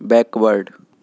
backward